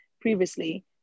previously